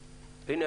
הינה,